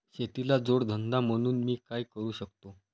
शेतीला जोड धंदा म्हणून मी काय करु शकतो?